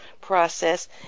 process